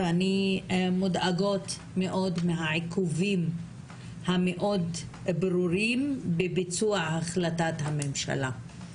ואני מודאגות מאוד מהעיכובים המאוד ברורים בביצוע החלטת הממשלה.